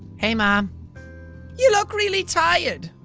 hey mom you look really tired.